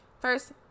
first